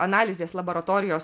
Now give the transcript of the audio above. analizės laboratorijos